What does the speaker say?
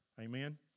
Amen